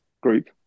group